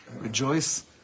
rejoice